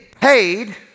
paid